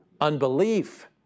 Unbelief